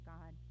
God